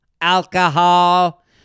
alcohol